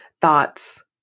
thoughts